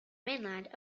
mainland